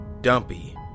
dumpy